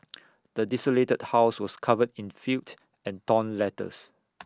the desolated house was covered in filth and torn letters